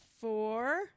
four